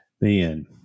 Man